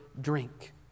drink